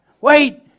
wait